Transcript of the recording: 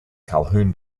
calhoun